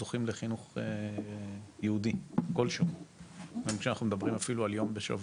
זוכים לחינוך יהודי כלשהו ואני חושב שאנחנו מדברים אפילו על יום בשבוע,